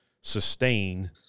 sustain